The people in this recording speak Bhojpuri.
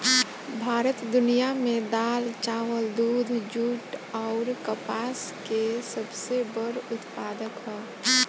भारत दुनिया में दाल चावल दूध जूट आउर कपास के सबसे बड़ उत्पादक ह